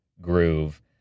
groove